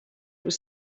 was